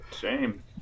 Shame